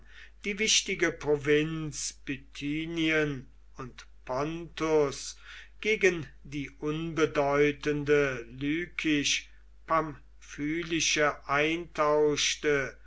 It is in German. die wichtige provinz bithynien und pontus gegen die unbedeutende lykisch pamphylische eintauschte